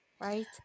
Right